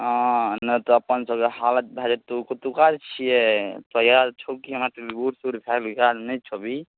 हँ नहि तऽ अपन सबके हालत भऽ जेतौ कतौका छिए तैआर छौ कि हँ बूढ़ सूढ़ नहि भऽ गेलौ